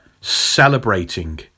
celebrating